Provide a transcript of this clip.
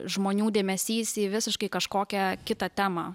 žmonių dėmesys į visiškai kažkokią kitą temą